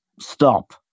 stop